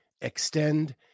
Extend